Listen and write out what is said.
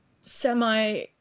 semi